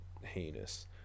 heinous